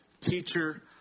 Teacher